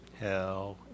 Hell